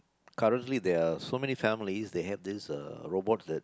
currently there are so many families they have uh this robot that